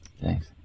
Thanks